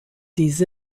these